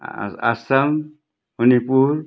Assam Manipur